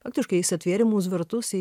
faktiškai jis atvėrė mums vartus į